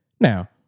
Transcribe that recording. Now